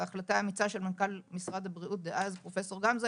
בהחלטה אמיצה של מנכ"ל משרד הבריאות דאז פרופ' גמזו,